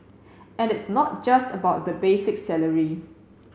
and it's not just about the basic salary